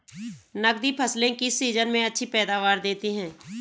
नकदी फसलें किस सीजन में अच्छी पैदावार देतीं हैं?